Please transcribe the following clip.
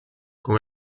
con